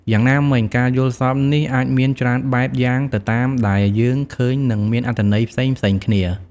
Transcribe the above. យ៉ាងណាមិញ ការយល់សប្តិនេះអាចមានច្រើនបែបយ៉ាងទៅតាមដែលយើងឃើញនឹងមានអត្ថន័យផ្សេងៗគ្នា។